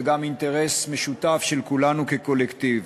וגם אינטרס משותף של כולנו כקולקטיב.